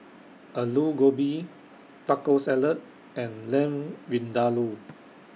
Alu Gobi Taco Salad and Lamb Vindaloo